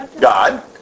God